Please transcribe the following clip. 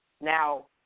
Now